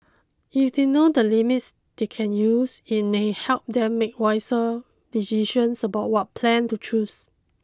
if they know the limits they can use it may help them make wiser decisions about what plan to choose